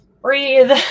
breathe